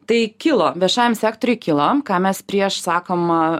tai kilo viešajam sektoriui kilo ką mes prieš sakoma